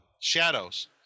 shadows